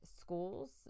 schools